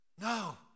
No